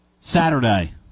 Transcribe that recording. Saturday